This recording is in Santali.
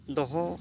ᱫᱚᱦᱚ